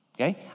Okay